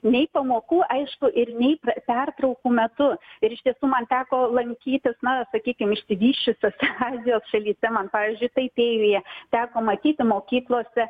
nei pamokų aišku ir nei pertraukų metu ir iš tiesų man teko lankytis na sakykim išsivysčiusiose azijos šalyse man pavyzdžiui taipėjuje teko matyti mokyklose